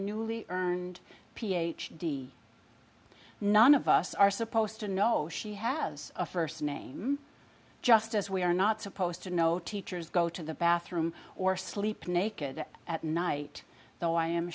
newly earned ph d none of us are supposed to know she has a first name just as we are not supposed to know teachers go to the bathroom or sleep naked at night though i am